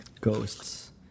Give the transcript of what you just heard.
ghosts